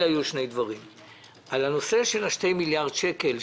על ה-2 מיליארד שקל,